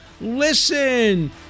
listen